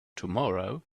tomorrow